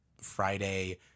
Friday